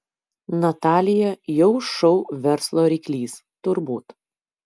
natalija jau šou verslo ryklys turbūt